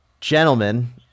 Gentlemen